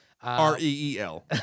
R-E-E-L